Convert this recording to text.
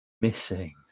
missing